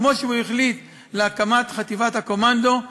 כמו שהוא החליט על הקמת חטיבת הקומנדו,